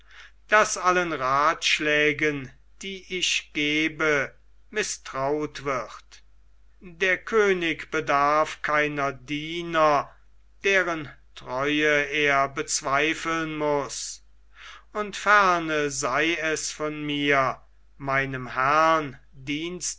daß allen rathschlägen die ich gebe mißtraut wird der könig bedarf keiner diener deren treue er bezweifeln muß und ferne sei es von mir meinem herrn dienste